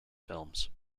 films